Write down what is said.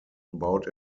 about